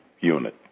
unit